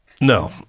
No